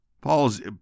Paul's